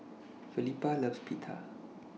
Felipa loves Pita